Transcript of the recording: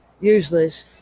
useless